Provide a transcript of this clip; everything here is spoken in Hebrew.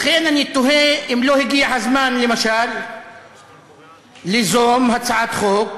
לכן אני תוהה אם לא הגיע הזמן למשל ליזום הצעת חוק,